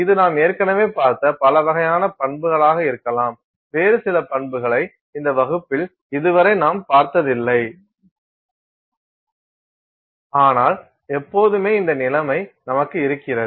இது நாம் ஏற்கனவே பார்த்த பல வகையான பண்புகளாக இருக்கலாம் வேறு சில பண்புகளை இந்த வகுப்பில் இதுவரை நாம் பார்த்ததில்லை ஆனால் எப்போதுமே இந்த நிலைமை நமக்கு இருக்கிறது